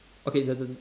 okay the the